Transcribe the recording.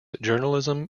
journalism